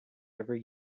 every